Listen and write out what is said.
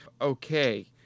Okay